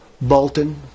Bolton